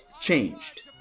changed